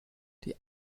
die